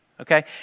okay